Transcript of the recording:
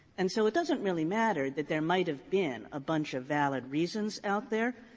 and so it doesn't really matter that there might have been a bunch of valid reasons out there,